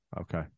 Okay